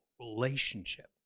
relationship